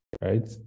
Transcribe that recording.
right